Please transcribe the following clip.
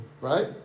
right